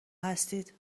هستید